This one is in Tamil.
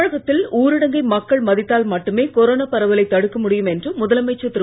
தமிழகத்தில் ஊரடங்கை மக்கள் மதித்தால் மட்டுமே கொரோனா பரவலை தடுக்க முடியும் என்று முதலமைச்சர் திரு